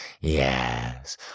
Yes